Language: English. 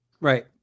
Right